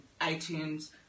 iTunes